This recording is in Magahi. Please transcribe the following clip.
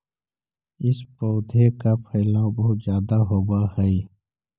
इस पौधे का फैलाव बहुत ज्यादा होवअ हई